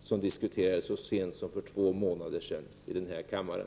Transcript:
som diskuterades så sent som för två månader sedan i denna kammare.